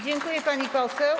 Dziękuję, pani poseł.